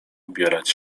ubierać